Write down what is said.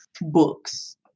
books